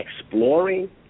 exploring